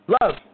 Love